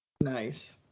nice